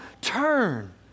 turn